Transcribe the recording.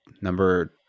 number